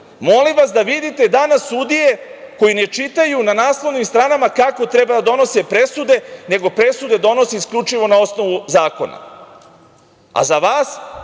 vas da vidite danas sudije koji ne čitaju na naslovnim stranama kako treba da donose presude, nego presude donose isključivo na osnovu zakona. A, za vas,